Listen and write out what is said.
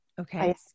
Okay